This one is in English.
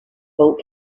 boat